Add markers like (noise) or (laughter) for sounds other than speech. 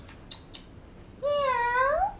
(noise) meow